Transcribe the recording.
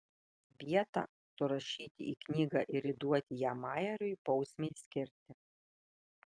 vietą surašyti į knygą ir įduoti ją majeriui bausmei skirti